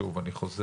שוב אני חוזר,